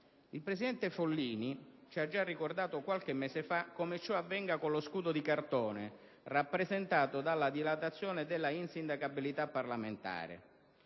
Il presidente Follini ci ha già ricordato qualche mese fa come ciò avvenga con lo scudo di cartone rappresentato dalla dilatazione della insindacabilità parlamentare.